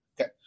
Okay